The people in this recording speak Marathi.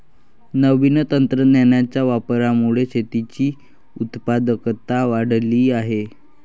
नवीन तंत्रज्ञानाच्या वापरामुळे शेतीची उत्पादकता वाढली आहे